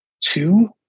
two